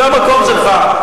זה המקום שלך.